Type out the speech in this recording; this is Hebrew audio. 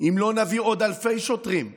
אם לא נביא עוד אלפי שוטרים לשטח,